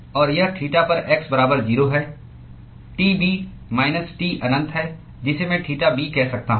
और यह थीटा पर x बराबर 0 है T b माइनस T अनंत है जिसे मैं थीटा b कह सकता हूं